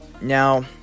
Now